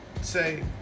say